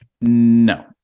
no